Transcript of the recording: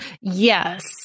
Yes